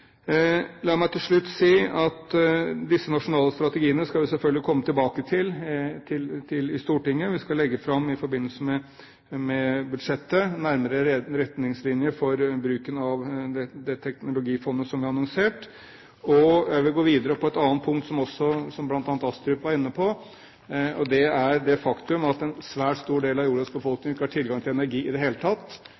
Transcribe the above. La meg til slutt si at disse nasjonale strategiene skal vi selvfølgelig komme tilbake til i Stortinget. Vi skal i forbindelse med budsjettet legge fram nærmere retningslinjer for bruken av det teknologifondet som blir annonsert. Jeg vil gå videre på et annet punkt, som bl.a. Astrup var inne på, og det er det faktum at en svært stor del av jordas